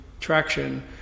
traction